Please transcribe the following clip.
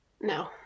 No